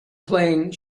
playing